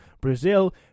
Brazil